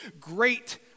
great